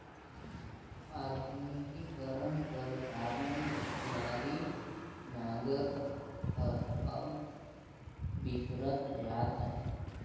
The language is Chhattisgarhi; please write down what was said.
आधुनिकीकरन कर कारन ओनारी नांगर हर अब बिसरत जात अहे